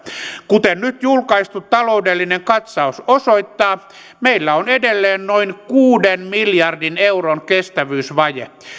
kuten nyt julkaistu taloudellinen katsaus osoittaa meillä on edelleen noin kuuden miljardin euron kestävyysvaje